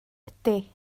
ydy